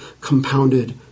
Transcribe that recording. compounded